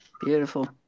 beautiful